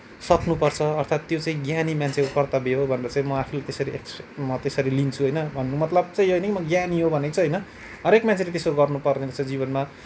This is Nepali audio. सक्नुपर्छ अर्थात त्यो चाहिँ ज्ञानी मान्छेको कर्तव्य हो भनेर चाहिँ म आफूले त्यसरी म त्यसरी लिन्छु होइन भन्नुको मतलब चाहिँ यो होइन म ज्ञानी हो भनेको चाहिँ होइन हरेक मान्छेले त्यसो गर्नुपर्ने रहेछ जीवनमा